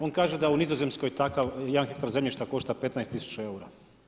On kaže da u Nizozemskoj takav jedan hektar zemljišta košta 15000 eura.